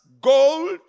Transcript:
gold